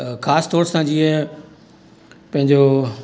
ख़ासतौरु सां जीअं पंहिंजो